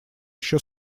еще